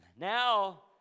Now